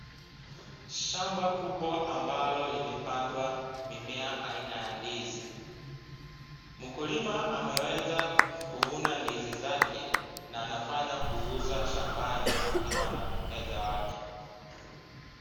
Shamba kubwa ambalo limepandwa mimea aina ya ndizi. Mkulima ameweza kuvuna ndizi zake na anafanya kuuza shambani akiwa na mteja wake.